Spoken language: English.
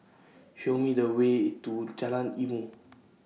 Show Me The Way to Jalan Ilmu